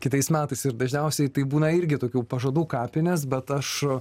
kitais metais ir dažniausiai tai būna irgi tokių pažadų kapinės bet aš